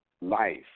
life